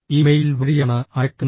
E mail വഴിയാണ് അയക്കുന്നത്